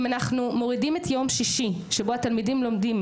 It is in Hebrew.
אם אנחנו מורידים את יום שישי התלמידים לומדים